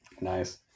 nice